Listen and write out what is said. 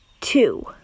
two